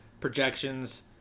projections